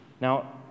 Now